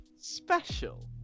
special